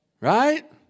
right